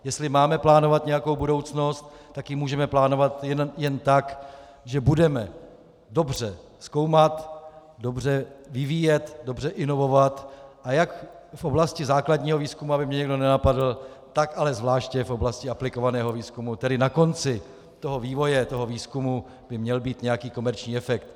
Jestli máme plánovat nějakou budoucnost, tak ji můžeme plánovat jen tak, že budeme dobře zkoumat, dobře vyvíjet, dobře inovovat, a jak v oblasti základního výzkumu, aby mě někdo nenapadl, tak ale zvláště v oblasti aplikovaného výzkumu, tedy na konci toho vývoje, toho výzkumu, by měl být nějaký komerční efekt.